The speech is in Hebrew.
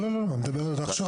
לא, אני מדבר על ההכשרה.